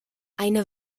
eine